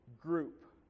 group